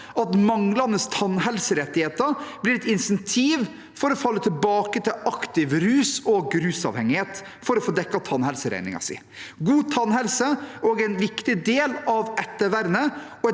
at manglende tannhelserettigheter blir et insentiv for å falle tilbake til aktivt rusmisbruk og rusavhengighet for å få dekket tannhelseregningen. God tannhelse er også en viktig del av ettervernet,